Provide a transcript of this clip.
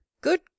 good